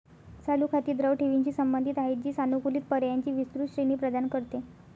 चालू खाती द्रव ठेवींशी संबंधित आहेत, जी सानुकूलित पर्यायांची विस्तृत श्रेणी प्रदान करते